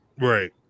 Right